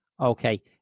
Okay